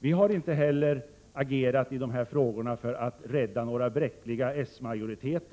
Vi har inte heller agerat i dessa frågor för att rädda några bräckliga s-majoriteter.